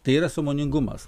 tai yra sąmoningumas